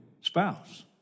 spouse